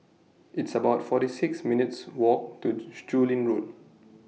It's about forty six minutes' Walk to Chu Lin Road